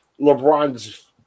LeBron's